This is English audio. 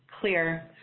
clear